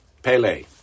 Pele